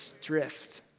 Drift